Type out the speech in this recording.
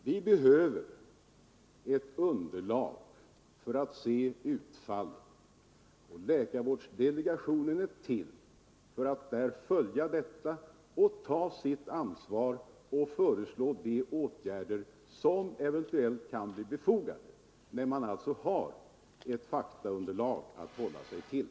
Vi behöver ett visst underlag för att kunna se utfallet. Läkarvårdsdelegationen är till för att följa detta arbete, ta sitt ansvar och föreslå de åtgärder som eventuellt kan bli befogade, när det alltså finns ett faktaunderlag att hålla sig till.